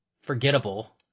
forgettable